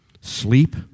sleep